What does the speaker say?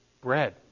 bread